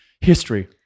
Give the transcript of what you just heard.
history